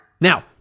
Now